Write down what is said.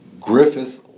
Griffith